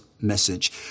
message